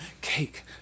cake